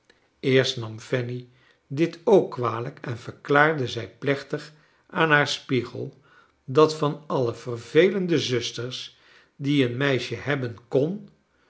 eerst nam fanny dit ook kwalijk en verklaarde zij plechtig aan haar spiegel dat van alle vervelende zusters die een meisje hebben kon